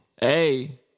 Hey